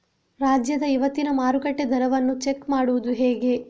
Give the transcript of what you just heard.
ರಾಜ್ಯದ ಇವತ್ತಿನ ಮಾರುಕಟ್ಟೆ ದರವನ್ನ ಚೆಕ್ ಮಾಡುವುದು ಹೇಗೆ?